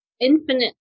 infinite